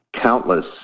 countless